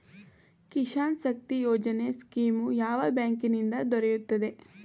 Kisan Shakti Yojana scheme ಯಾವ ಬ್ಯಾಂಕಿನಿಂದ ದೊರೆಯುತ್ತದೆ?